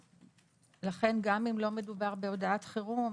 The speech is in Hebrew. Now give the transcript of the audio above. לכן גם אם לא מדובר בהודעת חירום,